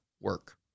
work